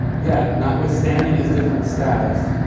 yet, notwithstanding his different status,